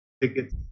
tickets